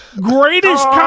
Greatest